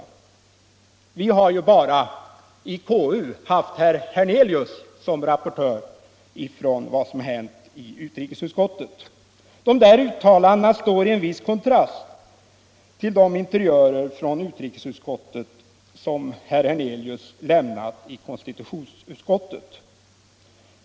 Vi har ju i konstitutionsutskottet enbart haft herr Hernelius som rapportör när det gällt vad som hänt i utrikesutskottet. Dessa uttalanden står i viss kontrast till de interiörer från utrikesutskottet som herr Hernelius lämnat i konstitutionsutskottet.